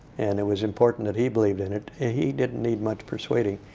and it was important that he believed in it. he didn't need much persuading.